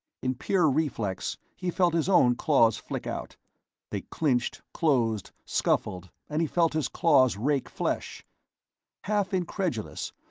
in pure reflex he felt his own claws flick out they clinched, closed, scuffled, and he felt his claws rake flesh half incredulous,